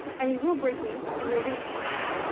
any rule breaking and you'll lose points.